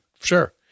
sure